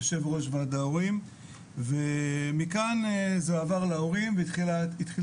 יו"ר וועד ההורים ומכאן זה עבר להורים והתחיל